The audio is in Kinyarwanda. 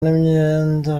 n’imyenda